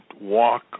walk